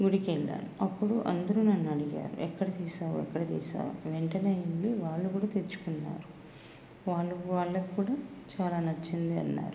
గుడికి వెళ్ళాను అప్పుడు అందరు నన్ను అడిగారు ఎక్కడ తీశావు ఎక్కడ తీశావు అని వెంటనే వెళ్ళీ వాళ్ళు కూడా తెచ్చుకున్నారు వాళ్ళకి వాళ్ళకు కూడా చాలా నచ్చింది అన్నారు